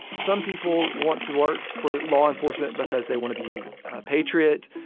some people want to work for law enforcement because they want to be a patriot.